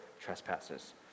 trespasses